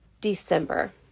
December